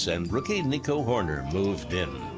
and rookie nico hoerner moved in.